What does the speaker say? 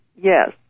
yes